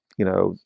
you know,